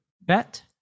bet